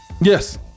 yes